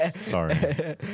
Sorry